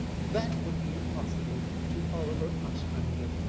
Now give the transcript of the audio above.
that would be impossible to oliver ostrander.